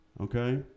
Okay